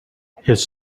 his